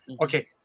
Okay